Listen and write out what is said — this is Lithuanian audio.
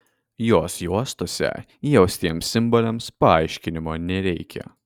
jos juostose įaustiems simboliams paaiškinimo nereikia